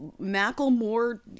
Macklemore